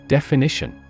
Definition